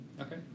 Okay